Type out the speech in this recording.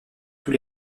tous